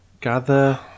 Gather